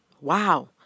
wow